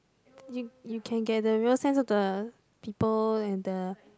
you you can get the real sense of the people and the